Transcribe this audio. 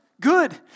Good